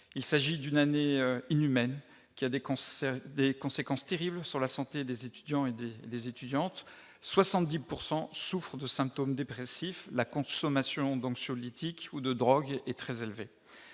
Il s'agit d'une année inhumaine, qui a des conséquences terribles sur la santé des étudiants et des étudiantes. Notons que 70 % d'entre eux souffrent de symptômes dépressifs et que la consommation d'anxiolytiques ou de drogues est très élevée.